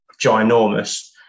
ginormous